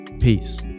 Peace